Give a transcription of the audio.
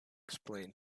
explain